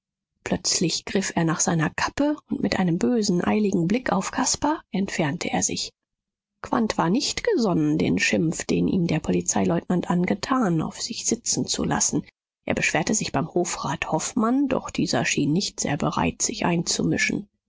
plötzlich griff er nach seiner kappe und mit einem bösen eiligen blick auf caspar entfernte er sich quandt war nicht gesonnen den schimpf den ihm der polizeileutnant angetan auf sich sitzen zu lassen er beschwerte sich beim hofrat hofmann doch dieser schien nicht sehr bereit sich einzumischen